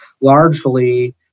largely